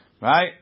Right